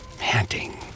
panting